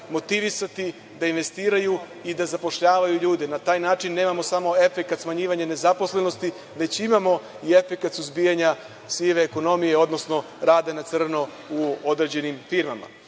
motivisati da investiraju i da zapošljavaju ljude. Na taj način nemamo samo efekat smanjivanja nezaposlenosti, već imamo i efekat suzbijanja sive ekonomije odnosno rada na crno u određenim firmama. Stoga